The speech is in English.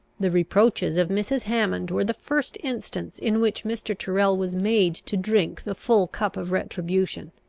the reproaches of mrs. hammond were the first instance in which mr. tyrrel was made to drink the full cup of retribution.